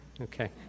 Okay